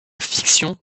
fiction